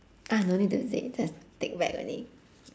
ah no need don't say just take back only